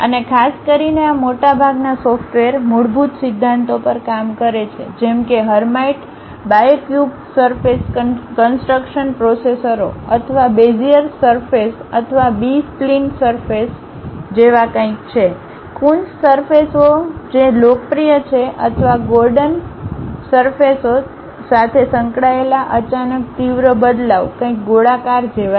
અને ખાસ કરીને આ મોટાભાગના સોફ્ટવેર મૂળભૂત સિદ્ધાંતો પર કામ કરે છે જેમ કે હર્માઇટ બાયક્યુબિક સરફેસ કન્સટ્રક્શન પ્રોસેસરો અથવા બેઝિયર્સ સરફેસ અથવા બી સ્પ્લિન સરફેસ ઓ જેવા કંઈક છે કૂન્સ સરફેસ ઓ જે લોકપ્રિય છે અથવા ગોર્ડન સરફેસ ઓ સરફેસ ઓ સાથે સંકળાયેલા અચાનક તીવ્ર બદલાવ કંઈક ગોળાકાર જેવી છે